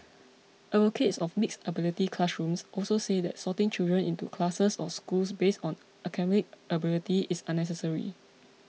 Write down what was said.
advocates of mixed ability classrooms also say that sorting children into classes or schools based on academic ability is unnecessary